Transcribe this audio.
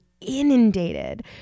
inundated